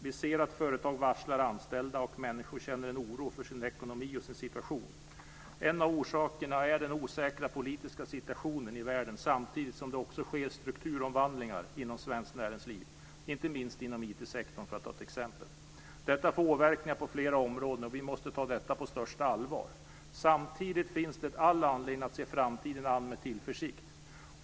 Vi ser att företag varslar anställda och att människor känner oro för sin ekonomi och sin situation. En av orsakerna är den osäkra politiska situationen i världen, samtidigt som det också sker strukturomvandlingar inom svenskt näringsliv, inte minst inom IT-sektorn för att ta ett exempel. Detta får återverkningar på flera områden, och vi måste ta detta på största allvar. Samtidigt finns det all anledning att se framtiden an med tillförsikt.